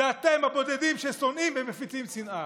זה אתם, הבודדים, ששונאים ומפיצים שנאה.